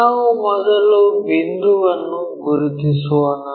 ನಾವು ಮೊದಲು ಬಿಂದುವನ್ನು ಗುರುತಿಸೋಣ